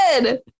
good